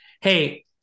Hey